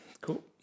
cool